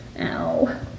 ow